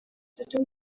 dydw